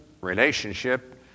relationship